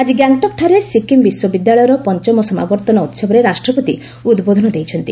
ଆଜି ଗ୍ୟାଙ୍ଗଟକଠାରେ ସିକିମ୍ ବିଶ୍ୱବିଦ୍ୟାଳୟର ପଞ୍ଚମ ସମାବର୍ତ୍ତନ ଭିହବରେ ରାଷ୍ଟ୍ରପତି ଉଦ୍ବୋଧନ ଦେଇଛନ୍ତି